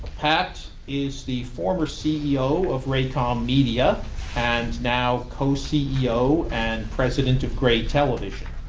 pat is the former ceo of raycom media and now co-ceo and president of gray television.